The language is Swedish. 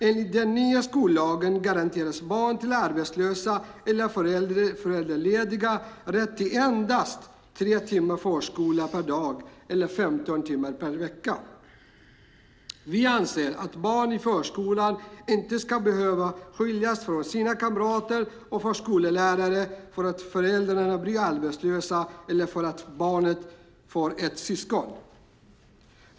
Enligt den nya skollagen garanteras barn till arbetslösa eller föräldralediga rätt till endast tre timmar förskola per dag eller 15 timmar per vecka. Vi anser att barn i förskolan inte ska behöva skiljas från sina kamrater och förskollärare för att föräldrarna blir arbetslösa eller för att barnet får ett syskon.